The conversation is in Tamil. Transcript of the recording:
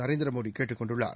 நரேந்திரமோடி கேட்டுக் கொண்டுள்ளார்